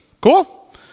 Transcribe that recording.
Cool